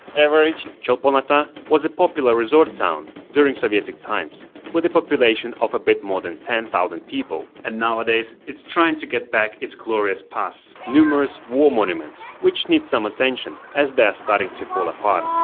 average cholpon-ata was a popular resort town during sovietic times with a population of a bit more than ten thousand people and nowadays it's trying to get back it's glorious past numerous war monuments which need some attention as they are starting to fall apart